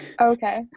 Okay